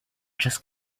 just